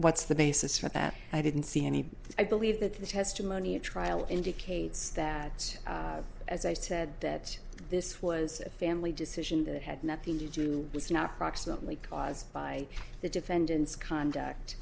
what's the basis for that i didn't see any i believe that the testimony at trial indicates that as i said that this was a family decision that had nothing to do with you know proximately caused by the defendant's conduct